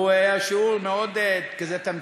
הוא היה שיעור מאוד תמציתי,